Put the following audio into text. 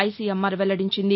ICMR వెల్లడించింది